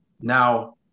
Now